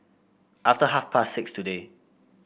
after half past six today